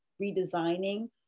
redesigning